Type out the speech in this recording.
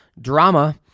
drama